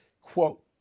Quote